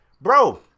bro